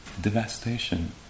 devastation